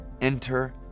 enter